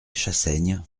chassaigne